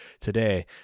today